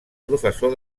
professor